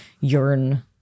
Yearn